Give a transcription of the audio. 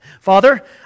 Father